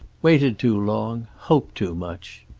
waited too long, hoped too much.